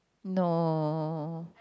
no